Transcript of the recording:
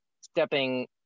stepping